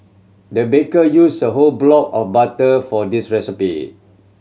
the baker used a whole block of butter for this recipe